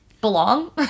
belong